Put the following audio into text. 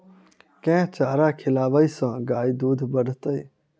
केँ चारा खिलाबै सँ गाय दुध बढ़तै?